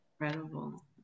incredible